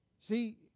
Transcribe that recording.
See